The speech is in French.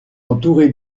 entouré